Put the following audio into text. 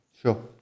Sure